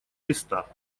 листа